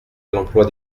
l’emploi